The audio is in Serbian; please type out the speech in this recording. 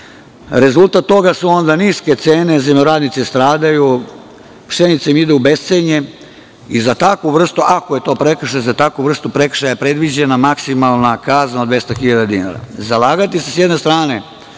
Rezultat toga su onda niske cene, zemljoradnici stradaju, pšenica ide u bescenje i za takvu vrstu, ako je to prekršaj, za takvu vrstu prekršaja predviđena maksimalna kazna od 200 hiljada dinara. Zalagati se, s jedne strane,